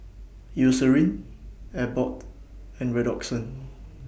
Eucerin Abbott and Redoxon